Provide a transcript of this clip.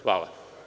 Hvala.